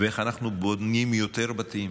ואיך אנחנו בונים יותר בתים